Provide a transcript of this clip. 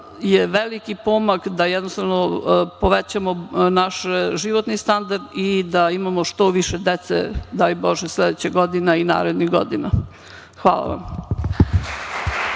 je veliki pomak da povećamo naš životni standard i da imamo što više dece. Daj bože sledeće godine i narednih godina. Hvala vam.